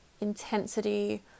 intensity